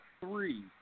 three